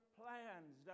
plans